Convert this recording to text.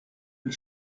mes